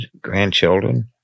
grandchildren